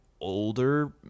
older